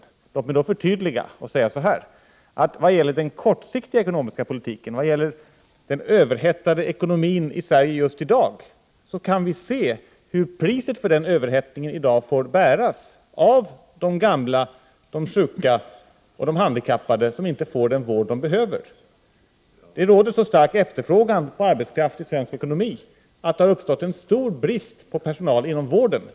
Låt mig då Prot, 1988/89:44 förtydliga: 13 december 1988 Vad gäller den kortsiktiga ekonomiska politiken, och den överhettade = Zj, a ekonomin i Sverige just i dag, kan vi se hur priset för den överhettningen i dag får bäras av de gamla, de sjuka och handikappade, som inte får den vård de behöver. Det råder så stark efterfrågan på arbetskraft i svensk ekonomi att det har uppstått en stor brist på personal inom vården.